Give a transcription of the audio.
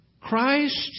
Christ